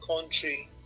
country